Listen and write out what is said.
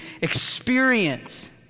experience